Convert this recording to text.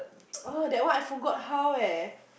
oh that one I forgot how eh